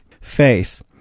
faith